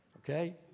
okay